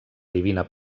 divina